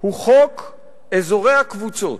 הוא חוק אזורי הקבוצות,